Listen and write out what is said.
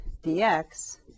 dx